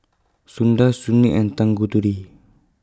Sundar Sunil and Tanguturi